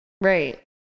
Right